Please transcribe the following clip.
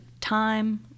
time